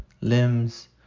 limbs